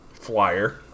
flyer